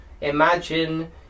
imagine